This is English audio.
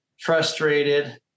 frustrated